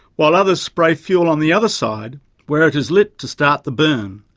while others spray fuel on the other side where it is lit to start the burn.